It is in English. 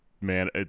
man